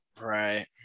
Right